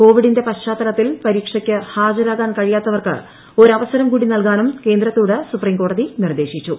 കോവിഡിന്റെ പശ്ചാത്തലത്തിൽ പരീക്ഷയ്ക്ക് ഹാജരാകാൻ കഴിയാത്തവർക്ക് ഒരു അവസരം കൂടി നൽകാനും കേന്ദ്രത്തോട് സുപ്രീംകോടതി നിർദ്ദേശിച്ചു